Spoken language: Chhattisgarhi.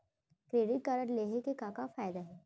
क्रेडिट कारड लेहे के का का फायदा हे?